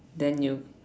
then you